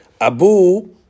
Abu